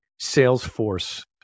Salesforce